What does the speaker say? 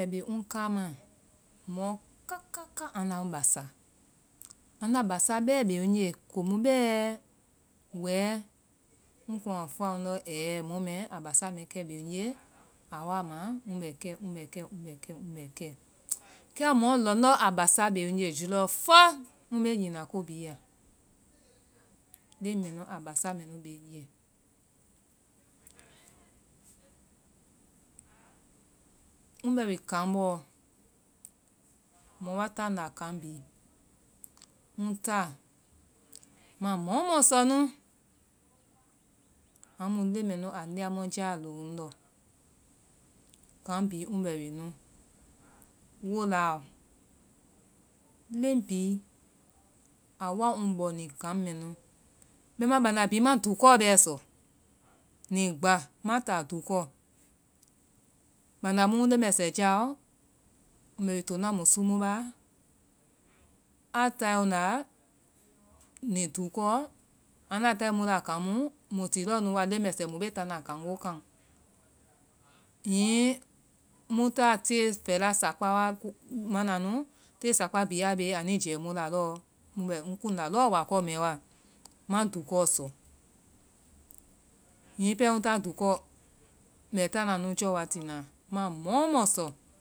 ai bi ni ŋ kaamaa, mɔ kakaka anda ŋ basa bɛɛ bee ŋ je, komu bɛɛ wɛɛ, ŋ kuŋ a fɔa ŋndɔ èhɛɛ, mɔ mɛɛ a basa mɛɛ kɛ bee ŋnye, a wa a ma ŋ bɛkɛ, ŋ bɛkɛ, ŋ bɛkɛ. Kɛ mɔ lɔndɔ́ a basa bee ŋnye julɔfɔ, mbee nyinaã ko bhii ya, leŋ mɛnu a basa mɛnu bee ŋnye, ŋ bɛ wi kaŋ bɔɔ, mɔ wa taa ŋnda kaɓ bhii. Mu táa, ma mɔomɔɔ sɔ nu, amu leŋ mɛnu a ndiamɔjáa loŋ ŋ lɔ. Kaŋ bhii ŋ bɛ wi nu wola lɔ, leŋ bhii a wa ŋ bɔ ni kaŋ mɛnu bɛimaã, banda bhii ŋma dukɔɔ bɛɛ sɔ, nigba ŋma táa dukɔɔ. Banda mu ŋ leŋmɛsɛ jaaɔ, mbɛ wi tonaa musu mu baa, a tae ŋnda ni dukɔɔ, anda taae mu la kaŋ mu muĩ ti lɔɔ nu wa, mu leŋmesɛ mu bee táana kaŋgookaŋ. Hiŋi mu táa, téefèla, sakpa wa mana nu, tée sakpa bhii a bee ani jɛɛ mu la lɔɔ. Ŋbɛɛ ŋ kunda lɔɔ wakɔɔ mɛɛ wa, ŋma dukɔ sɔ. Hiŋi pɛɛ ŋ táa dukɔɔ, mbɛ táana nu jɔwa tina? Ŋma mɔoomɔɔ sɔ.